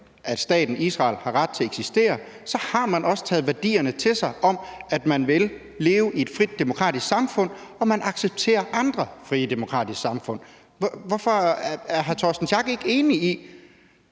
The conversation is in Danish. at staten Israel har ret til at eksistere, har man også taget værdierne om, at man vil leve i et frit, demokratisk samfund, og at man accepterer andre frie, demokratiske samfund, til sig. Er hr. Torsten Schack Pedersen